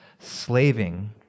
Slaving